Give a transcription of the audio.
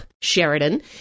Sheridan